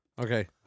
Okay